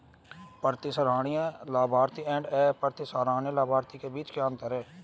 प्रतिसंहरणीय लाभार्थी और अप्रतिसंहरणीय लाभार्थी के बीच क्या अंतर है?